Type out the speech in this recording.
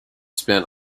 spent